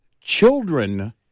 children